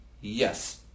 Yes